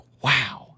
wow